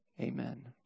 Amen